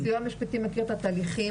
הסיוע המשפטי מכיר את התהליכים,